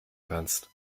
kannst